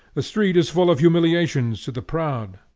the street is full of humiliations to the proud.